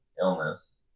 illness